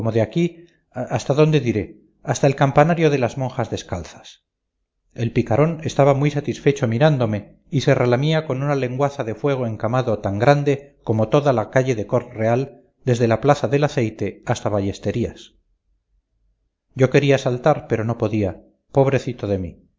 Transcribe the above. de aquí hasta dónde diré hasta el campanario de las monjas descalzas el picarón estaba muy satisfecho mirándome y se relamía con una lenguaza de fuego encamado tan grande como toda la calle de cort real desde la plaza del aceite hasta ballesterías yo quería saltar pero no podía pobrecito de mí